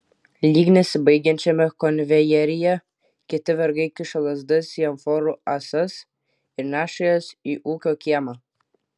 lyg nesibaigiančiame konvejeryje kiti vergai kiša lazdas į amforų ąsas ir neša jas į ūkio kiemą